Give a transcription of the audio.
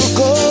go